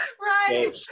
Right